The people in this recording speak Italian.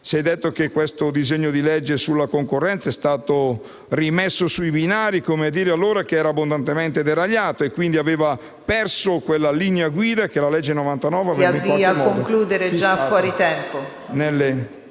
Si è detto che questo disegno di legge sulla concorrenza è stato rimesso sui binari: è come dire che era abbondantemente deragliato e quindi aveva perso quella linea guida che la legge n. 99 aveva fissato.